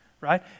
right